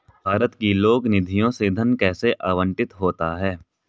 भारत की लोक निधियों से धन कैसे आवंटित होता है?